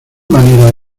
manera